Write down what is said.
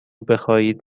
بخواهید